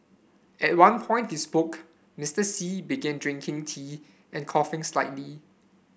at one point he spoke Mister Xi began drinking tea and coughing slightly